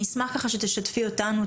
אני אשמח שתשתפי אותנו,